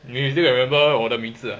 你也是有 remember 我的名字啊